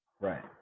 Right